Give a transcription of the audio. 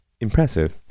Impressive